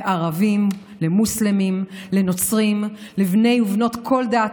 לערבים, למוסלמים, לנוצרים, לבני ובנות כל דת,